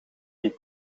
die